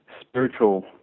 spiritual